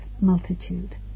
multitude